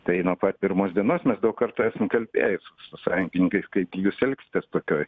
tai nuo pat pirmos dienos mes daug kartų esam kalbėję su su sąjungininkais kaip jūs elgsitės tokioj